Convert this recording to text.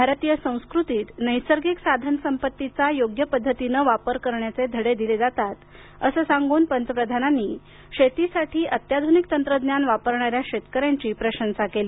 भारतीय संस्कृतीत नैसर्गिक साधन संपत्तीचा योग्य पद्धतीनं वापर करण्याचे धडे दिले जातात असं सांगून पंतप्रधानांनी शेतीसाठी अत्याधुनिक तंत्रज्ञान वापरणाऱ्या शेतकऱ्यांची प्रशंसा केली